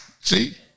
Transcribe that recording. See